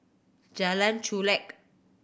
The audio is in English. Jalan Chulek